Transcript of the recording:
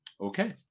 okay